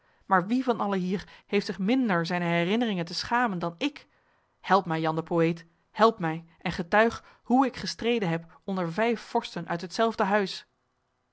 maar wie van allen hier heeft zich minder zijne herinneringen te schamen dan ik help mij jan de poëet help mij en getuig hoe ik gestreden heb onder vijf vorsten uit hetzelfde huis